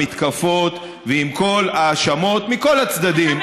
המתקפות ועם כל ההאשמות מכל הצדדים,